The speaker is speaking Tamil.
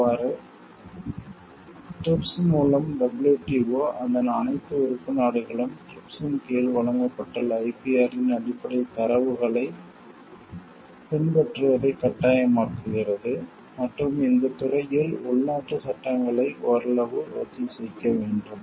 இவ்வாறு TRIPS மூலம் WTO அதன் அனைத்து உறுப்பு நாடுகளும் TRIPS இன் கீழ் வழங்கப்பட்டுள்ள IPR இன் அடிப்படைத் தரங்களைப் பின்பற்றுவதைக் கட்டாயமாக்குகிறது மற்றும் இந்தத் துறையில் உள்நாட்டுச் சட்டங்களை ஓரளவு ஒத்திசைக்க வேண்டும்